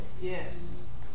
Yes